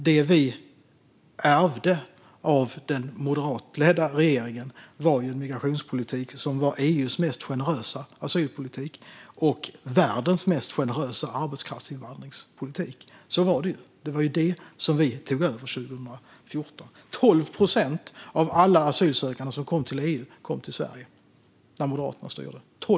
Det vi ärvde av den moderatledda regeringen var en migrationspolitik som var EU:s mest generösa asylpolitik och världens mest generösa arbetskraftsinvandringspolitik. När Moderaterna styrde kom 12 procent av alla asylsökande i EU till Sverige.